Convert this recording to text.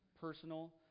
personal